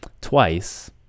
twice